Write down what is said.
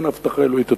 לי אין הבטחה אלוהית,